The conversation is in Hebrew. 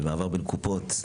ומעבר בין קופות,